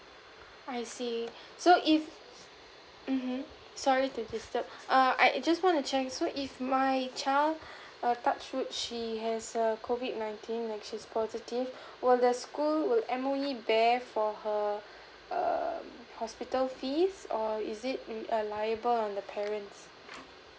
I see so if mmhmm sorry to disturb err I just want to check so if my child a touch wood she has err COVID nineteen like she's positive will the school will M_O_E bear for her err hospital fees or is it be liable on the parents